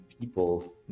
people